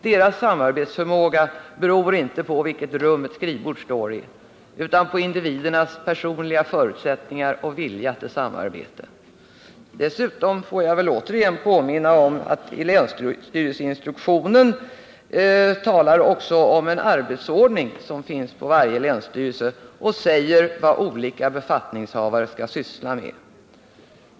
Deras samarbetsförmåga beror inte på i vilket rum ett skrivbord står utan på individens personliga förutsättningar och vilja till samarbete. Dessutom får jag väl återigen påminna om att länsstyrelseinstruktionen också talar om en arbetsordning, som finns på varje länsstyrelse och som säger vad olika befattningshavare skall syssla med.